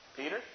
Peter